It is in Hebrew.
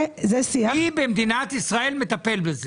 מי במדינת ישראל מטפל בזה?